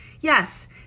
yes